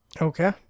Okay